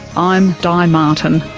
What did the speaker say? i'm di martin